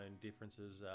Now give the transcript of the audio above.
differences